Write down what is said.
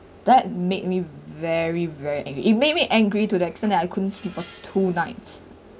that made me very vey~ it made me angry to the extent that I couldn't sleep for two nights